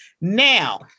Now